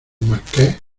marqués